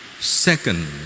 Second